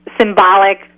symbolic